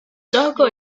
gioco